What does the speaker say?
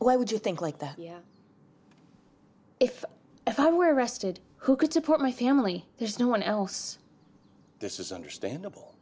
why would you think like that yeah if if i were arrested who could support my family there's no one else this is understandable